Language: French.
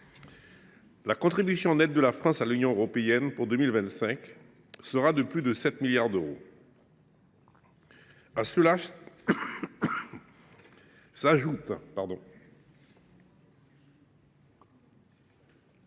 La contribution nette de la France à l’Union européenne pour 2025 sera de plus de 7 milliards d’euros. À cela s’ajoutent